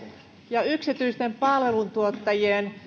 ja yksityisten palveluntuottajien